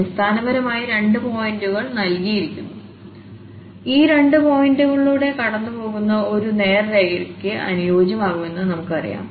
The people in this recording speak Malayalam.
അടിസ്ഥാനപരമായി രണ്ട് പോയിന്റുകൾ നൽകിയിരിക്കുന്നു ഈ രണ്ട് പോയിന്റുകളിലൂടെ കടന്നുപോകുന്ന ഒരു നേർരേഖയ്ക്ക് അനുയോജ്യമാകുമെന്ന് നമുക്കറിയാം